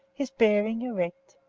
his bearing erect,